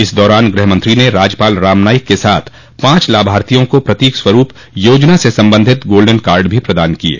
इस दौरान गृह मंत्री ने राज्यपाल रामनाईक के साथ पांच लाभार्थियों को प्रतीक स्वरूप योजना से सम्बन्धित गोल्डेन कार्ड भी प्रदान किये